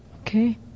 Okay